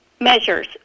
measures